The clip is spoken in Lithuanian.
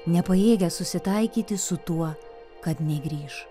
nepajėgę susitaikyti su tuo kad negrįš